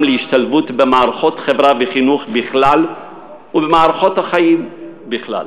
להשתלבות במערכות חברה וחינוך בפרט ובמערכות החיים בכלל.